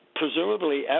presumably